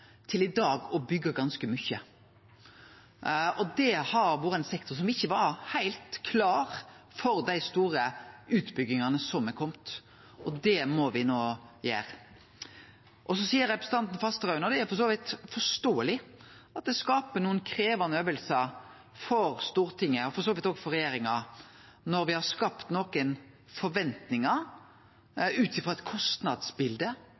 til i dag å byggje ganske mykje. Det har vore ein sektor som ikkje var heilt klar for dei store utbyggingane som har kome, og det må me no gjere. Så seier representanten Fasteraune, og det er for så vidt forståeleg, at det skaper nokre krevjande øvingar for Stortinget, og for så vidt òg for regjeringa – når me har skapt